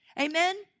Amen